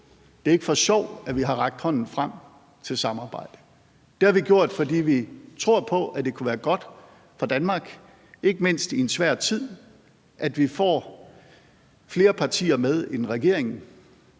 Det er ikke for sjov, at vi har rakt hånden frem til samarbejde. Det har vi gjort, fordi vi tror på, at det kunne være godt for Danmark, ikke mindst i en svær tid, at vi får flere partier med i en regering,